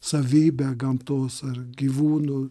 savybę gamtos ar gyvūnų